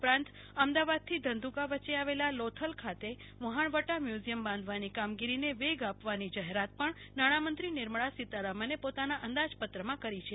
ઉપરાત અમદાવાદથી ધંધુકા વચ્ચે આવેલા લોથલ ખાતે વહાણવટા મ્યુઝીયમ બાંધવાની કામગીરીને વેગ આપવાની જાહેરાત પણ નાણાંમંત્રી નિર્મળા સિતારામને પોતાના અંદાજપત્રમાં કરી છે